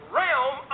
realm